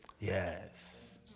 Yes